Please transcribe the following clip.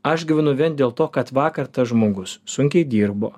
aš gyvenu vien dėl to kad vakar tas žmogus sunkiai dirbo